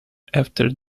after